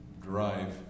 drive